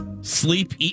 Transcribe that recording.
sleep